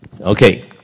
Okay